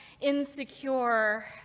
insecure